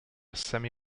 semi